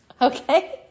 okay